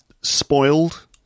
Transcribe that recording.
Spoiled